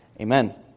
Amen